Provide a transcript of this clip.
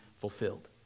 fulfilled